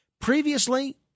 Previously